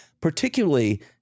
particularly